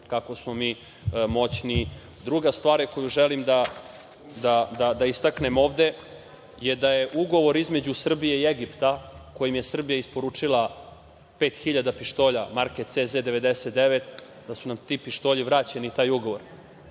kako smo mi moćni. Druga stvar, koju želim da istaknem ovde, je da je ugovor između Srbije i Egipta, kojim je Srbija isporučila pet hiljada pištolja marke CZ-99, da su nam ti pištolji vraćeni i taj ugovor.